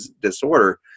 disorder